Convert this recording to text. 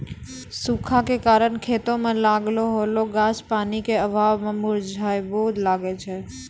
सूखा के कारण खेतो मे लागलो होलो गाछ पानी के अभाव मे मुरझाबै लागै छै